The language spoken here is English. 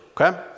okay